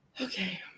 Okay